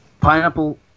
pineapple